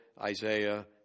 Isaiah